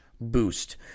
boost